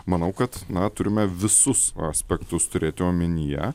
manau kad na turime visus aspektus turėti omenyje